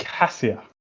Cassia